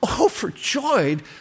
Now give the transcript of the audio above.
overjoyed